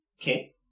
Okay